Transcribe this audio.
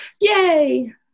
Yay